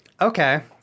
Okay